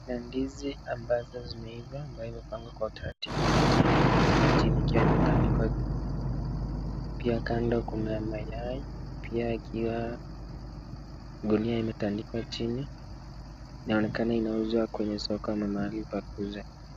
Ndizi ambayo imeiva, abayobimepangwa kwa taratibu kwenye chini zkiwa zimetandikiqa chini, pia kando kuna mayai, pia gunia imetandikwa chini, inaonekana inauzwa kwenye soko ni mahali pa kuuza.